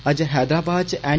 अज्ज हैदराबाद च छप्